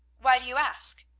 why do you ask?